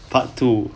part two